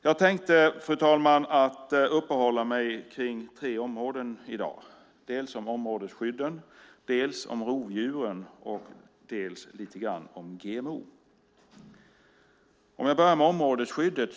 Jag tänkte, fru talman, uppehålla mig vid tre områden i dag. Jag tänkte tala om områdesskydd, rovdjur och lite grann om GMO. Jag börjar med områdesskyddet.